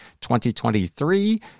2023